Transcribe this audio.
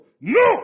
No